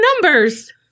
numbers